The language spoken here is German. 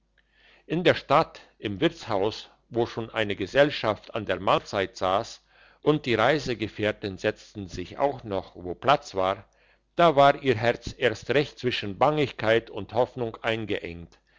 in der stadt im wirtshaus wo schon eine gesellschaft an der mahlzeit sass und die reisegefährten setzten sich auch noch wo platz war da war ihr herz erst recht zwischen bangigkeit und hoffnung eingeengt